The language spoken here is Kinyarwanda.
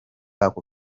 ako